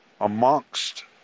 amongst